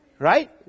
Right